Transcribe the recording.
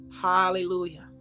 Hallelujah